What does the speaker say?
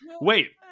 wait